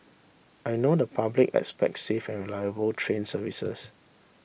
I know the public expects safe and reliable train services